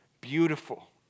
Beautiful